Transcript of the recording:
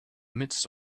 midst